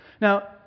Now